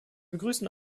begrüßen